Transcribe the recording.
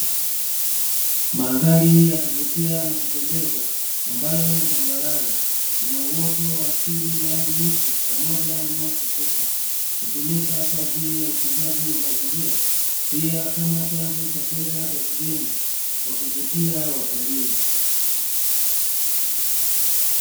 Mandhari ya kuvutia na kupendeza ambayo ni tambarare ina uoto wa asili yaani miti pamoja na nyasi fupi. Hutumika kwa ajili ya utunzaji wa mazingira, pia kama chanzo cha fedha za kigeni kwa kuvutia watalii.